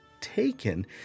taken